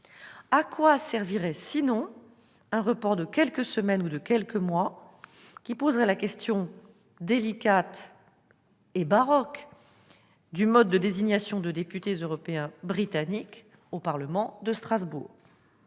À quoi servirait, sinon, un report de quelques semaines ou de quelques mois, qui poserait la question délicate et baroque du mode de désignation de députés européens britanniques au parlement de Strasbourg ?